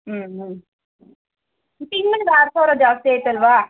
ಹ್ಞೂ ಹ್ಞೂ ತಿಂಗಳ್ಗೆ ಆರು ಸಾವಿರ ಜಾಸ್ತಿ ಆಯಿತಾ ಅಲ್ವ